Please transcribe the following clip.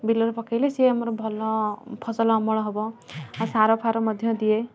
ବିଲରେ ପକାଇଲେ ସିଏ ଆମର ଭଲ ଫସଲ ଅମଳ ହେବ ଆଉ ସାର ଫାର ମଧ୍ୟ ଦିଏ